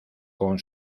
con